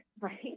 right